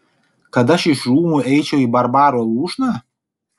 kad aš iš rūmų eičiau į barbaro lūšną